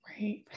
Right